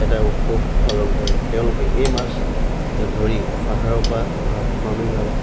এটা উৎসৱ পালন কৰে তেওঁলোকে এই মাছ ধৰি পাহাৰৰ পৰা অহা